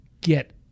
get